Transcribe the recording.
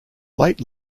late